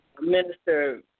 Minister